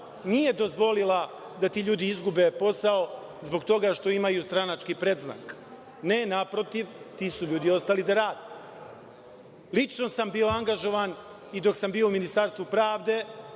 nije dozvolila da ti ljudi izgube posao zbog toga što imaju stranački predznak. Ne, naprotiv, ti su ljudi ostali da rade. Lično sam bio angažovan, i dok sam bio u Ministarstvu pravde,